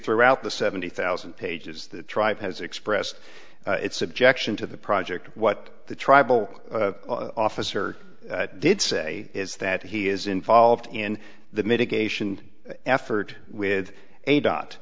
throughout the seventy thousand pages that dr has expressed its objection to the project what the tribal officer did say is that he is involved in the mitigate effort with a dot